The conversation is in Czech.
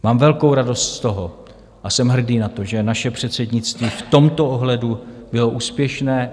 Mám velkou radost z toho a jsem hrdý na to, že naše předsednictví v tomto ohledu bylo úspěšné.